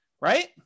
right